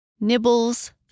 Nibbles